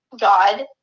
God